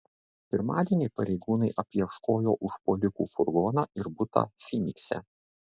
pirmadienį pareigūnai apieškojo užpuolikų furgoną ir butą fynikse